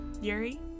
Yuri